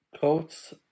coats